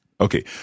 Okay